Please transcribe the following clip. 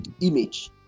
image